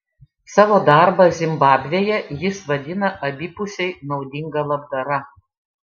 savo darbą zimbabvėje jis vadina abipusiai naudinga labdara